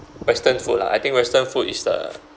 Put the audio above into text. western food lah I think western food is the